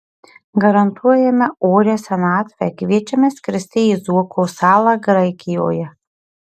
garantuojame orią senatvę kviečiame skristi į zuoko salą graikijoje